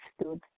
stood